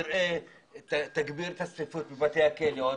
שכנראה יגבירו את הצפיפות בבתי הכלא עוד